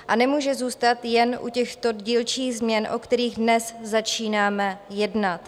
A nemůže zůstat jen u těchto dílčích změn, o kterých dnes začínám jednat.